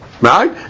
right